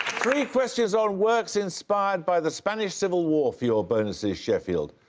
three questions on works inspired by the spanish civil war for your bonuses, sheffield.